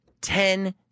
ten